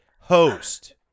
host